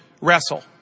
wrestle